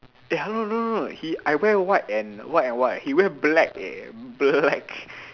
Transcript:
eh hello no no no he I wear white and white and white he wear black eh black